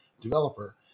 developer